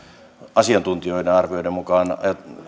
asiantuntijoiden arvioiden mukaan